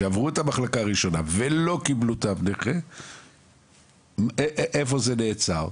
שעברו את המחלקה הראשונה ולא קיבלו תו נכה איפה זה נעצר?